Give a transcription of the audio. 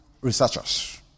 researchers